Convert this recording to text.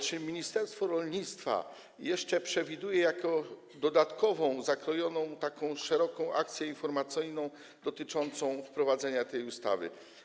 Czy ministerstwo rolnictwa jeszcze przewiduje dodatkową, zakrojoną na szeroką skalę akcję informacyjną dotyczącą wprowadzenia tej ustawy?